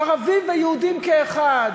ערבים ויהודים כאחד.